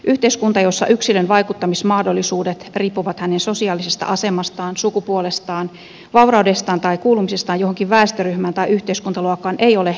yhteiskunta jossa yksilön vaikuttamismahdollisuudet riippuvat hänen sosiaalisesta asemastaan sukupuolestaan vauraudestaan tai kuulumisestaan johonkin väestöryhmään tai yhteiskuntaluokkaan ei ole demokraattinen yhteiskunta